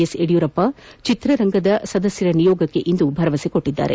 S Yediyurappa ಚಿತ್ರರಂಗದ ಸದಸ್ತರ ನಿಯೋಗಕ್ಕೆ ಭರವಸೆ ನೀಡಿದ್ದಾರೆ